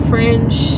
French